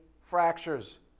fractures